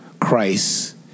Christ